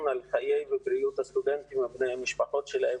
על חיי ובריאות הסטודנטים ובני המשפחות שלהם,